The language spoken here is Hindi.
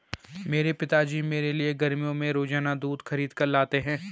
मेरे पिताजी मेरे लिए गर्मियों में रोजाना दूध खरीद कर लाते हैं